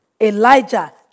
Elijah